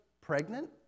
pregnant